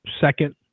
second